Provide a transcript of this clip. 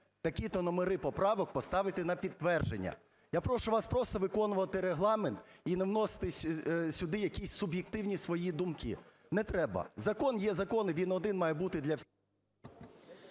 такі-то номери поправок поставити на підтвердження. Я прошу вас просто виконувати Регламент і не вносити сюди якісь суб'єктивні свої думки. Не треба. Закон – є закон, і він один має бути для...